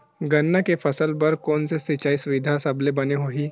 गन्ना के फसल बर कोन से सिचाई सुविधा सबले बने होही?